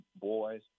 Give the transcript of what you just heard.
boys